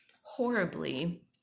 horribly